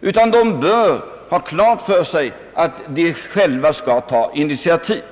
utan de bör ha klart för sig att de själva bör ta initiativet.